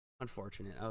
Unfortunate